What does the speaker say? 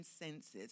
senses